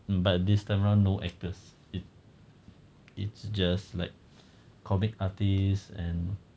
but this time round no actors it it's just like comic artist and